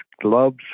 gloves